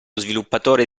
sviluppatore